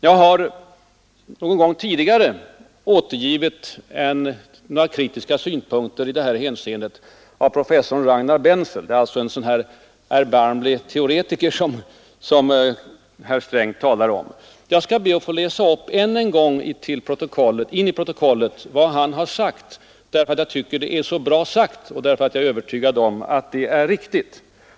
Jag har någon gång tidigare återgivit några kritiska synpunkter i detta hänseende av professor Ragnar Bentzel — det är alltså en sådan där erbarmlig teoretiker som herr Sträng talar om. Jag skall be att än en gång få läsa in i protokollet vad han har sagt, därför att jag tycker att det är så bra sagt och därför att jag är övertygad om att det är riktigt.